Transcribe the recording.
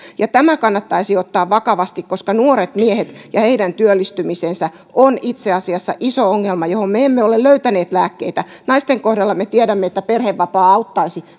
ja tämä kannattaisi ottaa vakavasti koska nuoret miehet ja heidän työllistymisensä ovat itse asiassa iso ongelma johon me emme ole löytäneet lääkkeitä naisten kohdalla me tiedämme että perhevapaauudistus auttaisi